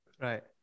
Right